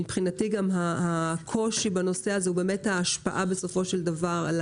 מבחינתי גם הקושי בנושא הזה הוא ההשפעה בסופו של דבר על